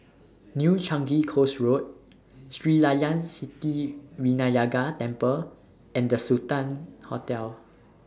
New Changi Coast Road Sri Layan Sithi Vinayagar Temple and The Sultan Hotel